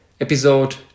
episode